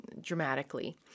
dramatically